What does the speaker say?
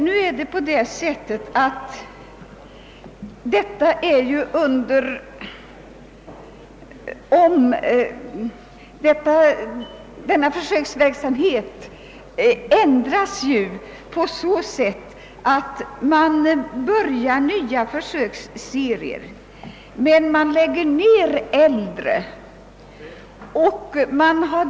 Nu skall emellertid försöksverksamheten omorganiseras på så sätt, att nya försöksserier skall påbörjas och äldre läggas ned.